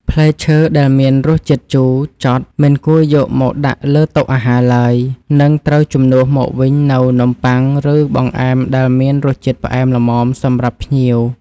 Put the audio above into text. ផ្លែឈើដែលមានរសជាតិជូរចត់មិនគួរយកមកដាក់លើតុអាហារឡើយ និងត្រូវជំនួសមកវិញនូវនំបុ័ង ឬបង្អែមដែលមានរសជាតិផ្អែមល្មមសម្រាប់ភ្ញៀវ។